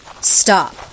Stop